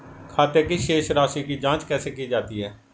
खाते की शेष राशी की जांच कैसे की जाती है?